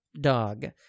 Dog